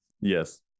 Yes